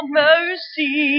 mercy